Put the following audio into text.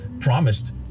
promised